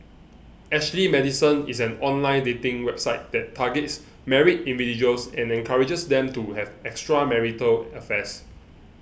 Ashley Madison is an online dating website that targets married individuals and encourages them to have extramarital affairs